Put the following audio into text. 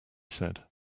said